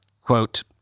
Quote